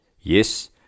Yes